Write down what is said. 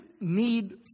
need